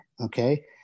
Okay